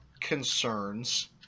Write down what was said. concerns